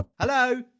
Hello